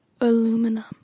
Aluminum